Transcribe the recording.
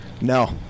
No